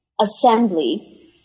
assembly